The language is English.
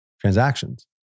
transactions